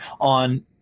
on